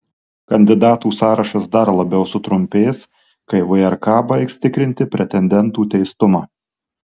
kandidatų sąrašas dar labiau sutrumpės kai vrk baigs tikrinti pretendentų teistumą